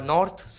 North